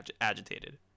agitated